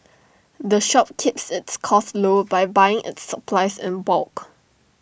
the shop keeps its costs low by buying its supplies in bulk